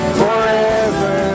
forever